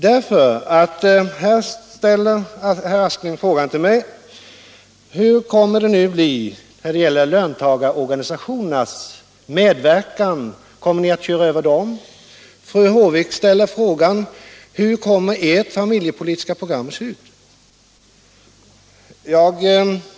Herr Aspling ställer frågan till mig: Hur kommer det att bli när det gäller löntagarorganisationernas medverkan? Kommer ni att köra över dem? Och fru Håvik ställer frågan: Hur kommer ert familjepolitiska program att se ut?